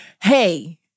Hey